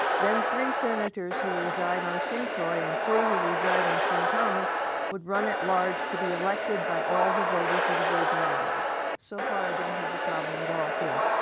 then three senators who reside on st. croix and three who reside on st. thomas would run at-large to be elected by all the voters of the virgin islands. so far i don't have a problem at all here.